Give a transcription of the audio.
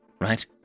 right